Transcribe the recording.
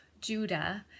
Judah